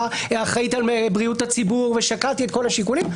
האחראית על בריאות הציבור ושקלתי את כל השיקולים,